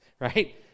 Right